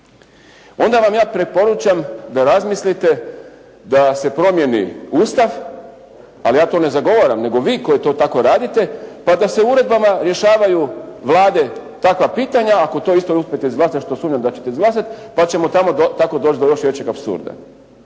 Onda vam ja preporučam da razmislite da se promijeni Ustav, ali ja to ne zagovaram nego vi koji to tako radite, pa da se uredbama rješavaju vlade takva pitanja ako to isto uspijete izglasati što sumnjam da ćete izglasati pa ćemo tako doći do još većeg apsurda.